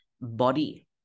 body